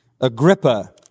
Agrippa